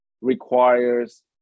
requires